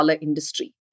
industry